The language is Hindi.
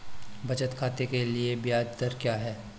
बचत खाते के लिए ब्याज दर क्या है?